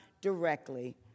directly